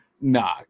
nah